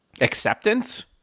acceptance